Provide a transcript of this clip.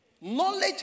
Knowledge